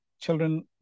children